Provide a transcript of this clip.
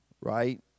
right